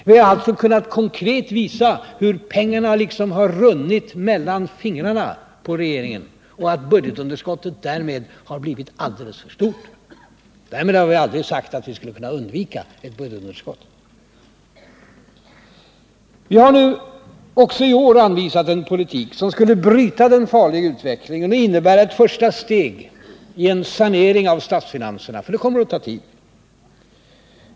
Vi har alltså kunnat konkret visa hur pengarna liksom har runnit mellan fingrarna på regeringen och att budgetunderskottet därmed har blivit alldeles för stort. Därmed har vi aldrig sagt — och det vet Ola Ullsten — att vi skulle kunna undvika ett budgetunderskott. Vi har också i år anvisat en politik som skulle bryta den farliga utvecklingen och innebära ett första steg i en sanering av statsfinanserna. Det kommer att ta tid.